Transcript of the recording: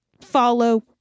follow